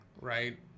right